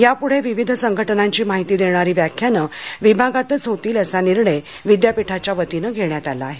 यापुढे विविध संघटनांची माहिती देणारी व्याख्यानं विभागातच होतील असा निर्णय विद्यापीठाच्या वतीने घेण्यात आला आहे